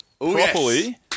properly